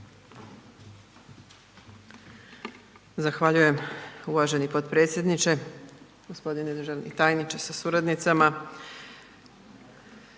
Zahvaljujem uvaženi potpredsjedniče, g. državni tajniče sa suradnicama,